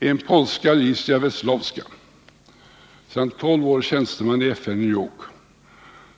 En polska, Alicja Wesslowska, sedan tolv år tjänsteman i FN i New York,